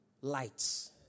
lights